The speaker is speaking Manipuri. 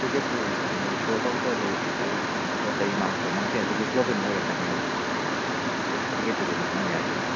ꯇꯤꯛꯀꯦꯠꯇꯣ ꯁꯣ ꯇꯧꯗ꯭ꯔꯗꯤ ꯑꯩꯈꯣꯏ ꯄꯣꯠ ꯆꯩ ꯃꯥꯡꯊꯣꯛ ꯃꯥꯡꯁꯤꯟ ꯑꯗꯨꯒꯤ ꯄ꯭ꯔꯣꯕ꯭ꯂꯦꯝ ꯑꯣꯏꯔꯛꯀꯅꯦꯕ ꯇꯤꯛꯀꯦꯠꯇꯨꯗꯤ ꯃꯥꯡꯍꯟꯕ ꯌꯥꯗꯦ